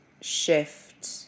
shift